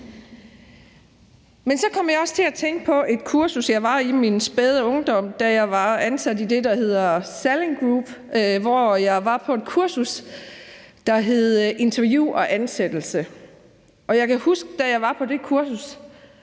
Men så kom jeg også til at tænke på et kursus, jeg var på i min spæde ungdom, da jeg var ansat i det, der hedder Salling Group, hvor jeg var på et kursus, der hed interview og ansættelse. Og jeg kan huske, at da jeg var på det kursus,